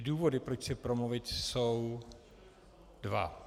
Důvody, proč si promluvit, jsou dva.